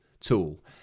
tool